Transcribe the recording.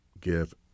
give